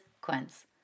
Quince